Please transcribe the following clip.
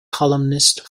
columnist